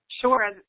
Sure